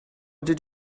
did